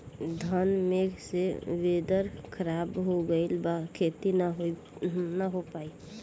घन मेघ से वेदर ख़राब हो गइल बा खेती न हो पाई